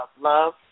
love